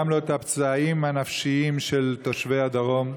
וגם לא את הפצעים הנפשיים של תושבי הדרום.